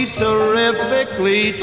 terrifically